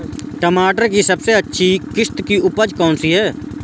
टमाटर की सबसे अच्छी किश्त की उपज कौन सी है?